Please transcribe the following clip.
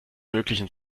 möglichen